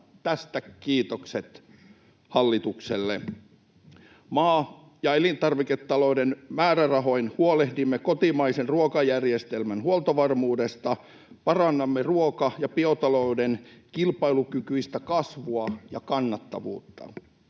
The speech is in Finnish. Tästä kiitokset hallitukselle. Maa- ja elintarviketalouden määrärahoin huolehdimme kotimaisen ruokajärjestelmän huoltovarmuudesta, parannamme ruoka- ja biotalouden kilpailukykyistä kasvua ja kannattavuutta.